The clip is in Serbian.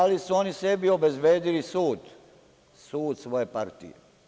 Da li su oni sebi obezbedili sud, sud svoje partije?